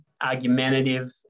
argumentative